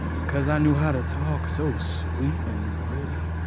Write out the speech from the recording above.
because i knew how to talk so sweet and pretty.